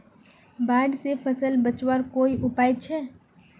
बाढ़ से फसल बचवार कोई उपाय छे?